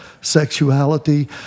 sexuality